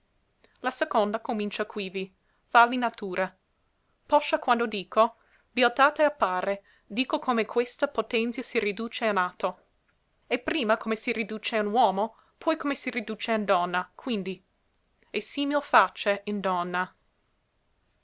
la seconda comincia quivi fàlli natura poscia quando dico bieltate appare dico come questa potenzia si riduce in atto e prima come si riduce in uomo poi come si riduce in donna quivi e simil fàce in donna